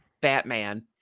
batman